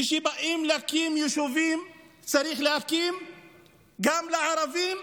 וכשבאים להקים יישובים צריך להקים גם לערבים,